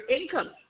income